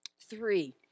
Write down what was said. Three